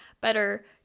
better